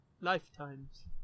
lifetimes